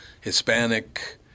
Hispanic